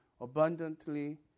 abundantly